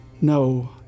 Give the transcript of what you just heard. No